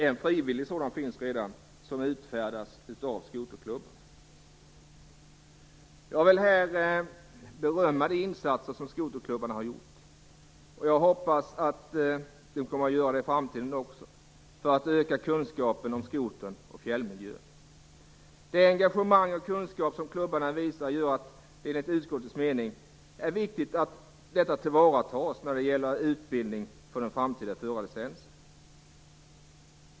En frivillig sådan finns det redan, och den utfärdas av skoterklubbar. Jag vill här berömma skoterklubbarnas insatser. Jag hoppas att de också i framtiden kommer att göra insatser för att öka kunskaperna om skotern och fjällmiljön. Det engagemang och den kunskap som klubbarna visar är det, menar utskottet, viktigt att ta till vara när det gäller utbildning för framtida förarlicens.